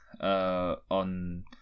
on